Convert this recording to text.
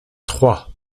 trois